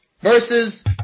versus